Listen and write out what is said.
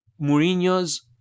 Mourinho's